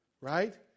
right